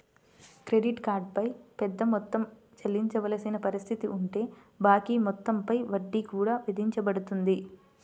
credit card పై పెద్ద మొత్తం చెల్లించవలసిన పరిస్థితి ఉంటే బాకీ మొత్తం పై వడ్డీ కూడా విధించబడుతుంది